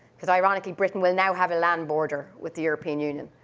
because ironically, britain will now have a land border with the european union.